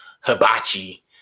Hibachi